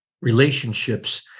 relationships